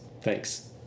Thanks